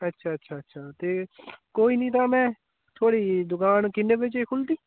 अच्छा अच्छा अच्छा ते कोई नि तां मै थुआड़ी दुकान किन्ने बजे खुलदी